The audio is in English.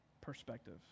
perspective